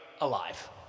alive